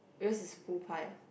yours is full pie ah